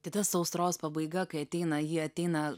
tai ta sausros pabaiga kai ateina ji ateina